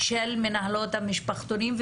של מנהלות המשפחתונים.